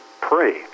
pray